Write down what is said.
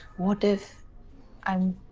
what if i'm